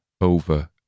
over